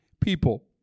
people